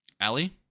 Ali